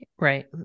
right